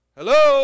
Hello